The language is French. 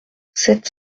sept